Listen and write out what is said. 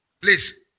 Please